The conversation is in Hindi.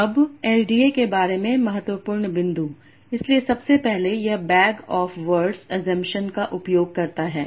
अब एलडीए के बारे में महत्वपूर्ण बिंदु इसलिए सबसे पहले यह बैग ऑफ़ वर्ड्स अज़म्पशन का उपयोग करता है